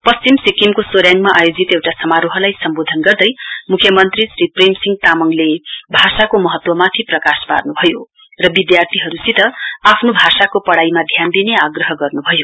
पश्चिम सिक्किमको सोरेङमा आयोजित एउटा समारोहलाई सम्बोधन गर्दै मुख्य मन्त्री श्री प्रेम सिंह तामाङले भाषाको महत्वमाथि प्रकाश पार्नु भयो र विध्यार्थीसित आफ्नो भाषाको पढ़ाईमा ध्यान दिने आग्रह गर्न् भयो